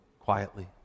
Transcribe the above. quietly